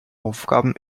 aufgaben